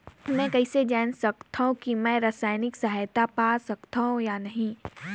मै कइसे जान सकथव कि मैं समाजिक सहायता पा सकथव या नहीं?